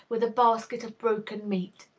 with a basket of broken meat!